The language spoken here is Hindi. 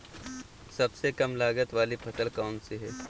सबसे कम लागत वाली फसल कौन सी है?